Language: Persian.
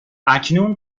اکنون